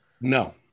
No